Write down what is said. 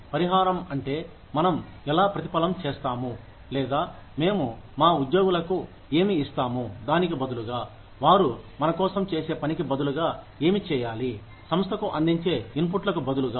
పరిహారం అంటే మనం ఎలా ప్రతిఫలం చేస్తాము లేదా మేము మా ఉద్యోగులకు ఏమి ఇస్తాము దానికి బదులుగా వారు మన కోసం చేసే పనికి బదులుగా ఏమి చేయాలి సంస్థకు అందించే ఇన్పుట్లకు బదులుగా